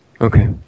Okay